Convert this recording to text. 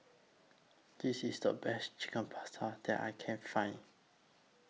This IS The Best Chicken Pasta that I Can Find